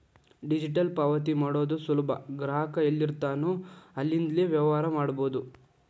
digital ಪಾವತಿ ಮಾಡೋದು ಸುಲಭ ಗ್ರಾಹಕ ಎಲ್ಲಿರ್ತಾನೋ ಅಲ್ಲಿಂದ್ಲೇ ವ್ಯವಹಾರ ಮಾಡಬೋದು